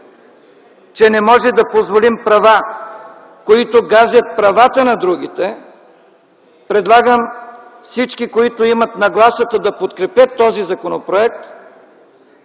че не може да позволим права, които газят правата на другите, предлагам всички, които имат нагласата да подкрепят този законопроект,